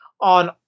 on